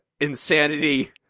insanity